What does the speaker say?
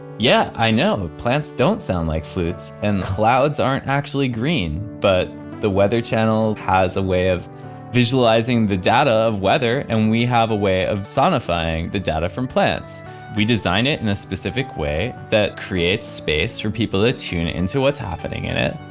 yeah, i know plants don't sound like flutes and clouds aren't actually green, but the weather channel has a way of visualizing the data of weather and we have a way of sonifying the data from plants and we design it in a specific way that creates space for people to tune into what's happening in it